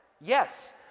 Yes